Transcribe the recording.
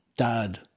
Dad